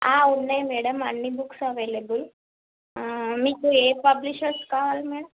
ఉన్నాయి మేడం అన్ని books available మీకు ఏ పబ్లిషర్స్ కావాలి మేడం